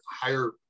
higher